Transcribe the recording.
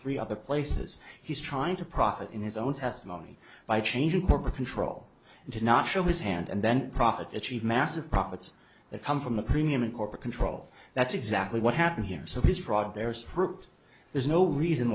three other places he's trying to profit in his own testimony by changing corporate control and to not show his hand and then profit massive profits that come from the premium and corporate control that's exactly what happened here so this fraud there stripped there's no reason